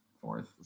Fourth